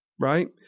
right